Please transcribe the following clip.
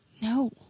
No